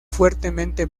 fuertemente